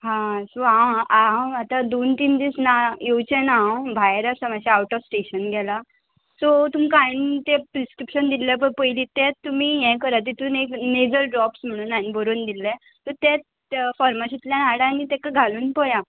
हां सो हांव हांव आतां दोन तीन दीस ना येवचें ना हांव भायर आसा मात्शें आवट ऑफ स्टेशन गेलां सो तुमकां हांवें तें प्रिस्क्रिप्शन दिल्लें पय पयलीं तेंत तुमी हें करात तितून एक नेजल ड्रॉप्स म्हणून हांवें बरोवन दिल्लें सो तेंत फॉर्मासिंतल्यान हाडा आनी ताका घालून पळोवया